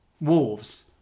Wolves